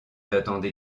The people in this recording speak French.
attendez